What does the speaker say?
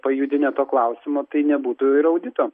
pajudinę to klausimo tai nebūtų ir audito